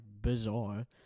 bizarre